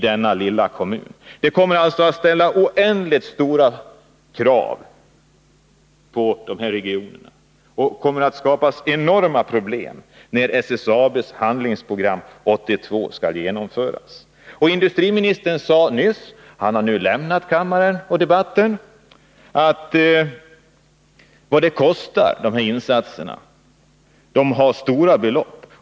Det kommer att ställas oändligt stora krav på de berörda regionerna, och det kommer att skapas enorma problem när SSAB:s Handlingsprogram 1982 skall genomföras. Industriministern sade nyss — han har nu lämnat kammaren och debatten — att insatserna i detta sammanhang uppgår till stora belopp.